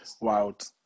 Wild